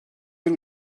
bir